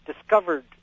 discovered